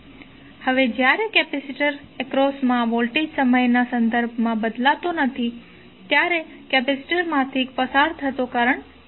હવે જ્યારે કેપેસિટર એક્રોસમા વોલ્ટેજ સમયના સંદર્ભમાં બદલાતો નથી ત્યારે કેપેસિટર માથી પસાર થતો કરંટ શૂન્ય હશે